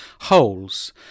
holes